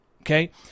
Okay